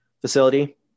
facility